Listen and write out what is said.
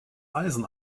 eisen